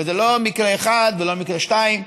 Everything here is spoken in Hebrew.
וזה לא מקרה אחד ולא שני מקרים,